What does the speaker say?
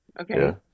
Okay